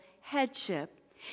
headship